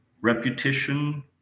reputation